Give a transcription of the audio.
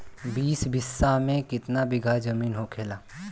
बीस बिस्सा में कितना बिघा जमीन होखेला?